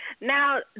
Now